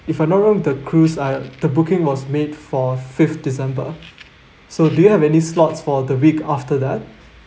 if I'm not wrong the cruise I the booking was made for fifth december so do you have any slots for the week after that